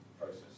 process